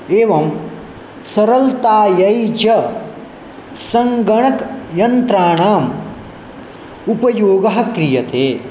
एवं सरलताय च सङ्गणक् यन्त्राणाम् उपयोगः क्रियते